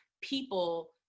people